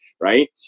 right